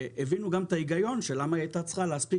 והבינו גם את ההיגיון מדוע היא הייתה צריכה להספיק